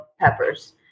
peppers